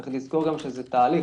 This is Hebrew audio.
צריך לזכור שזה תהליך,